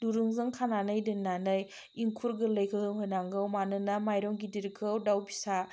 दुरुंजों खानानै दोननानै इंखुर गोरलैखौ होनांगौ मानोना माइरं गिदिरखौ दाउ फिसा